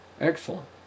Excellent